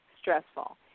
stressful